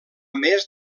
més